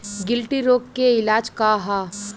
गिल्टी रोग के इलाज का ह?